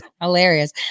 hilarious